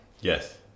Yes